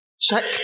Check